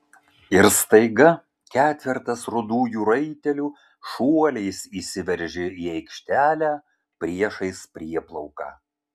ir staiga ketvertas rudųjų raitelių šuoliais įsiveržė į aikštelę priešais prieplauką